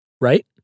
right